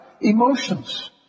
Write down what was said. emotions